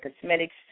Cosmetics